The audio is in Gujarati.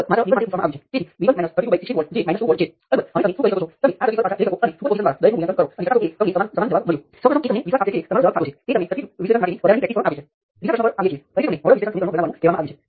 તેથી મારી પાસે I1 × R11 R13 હશે તે સાચું હશે I1 એ R11 R13 માંથી વહે છે અને મારી પાસે I2 × R23 R22 હશે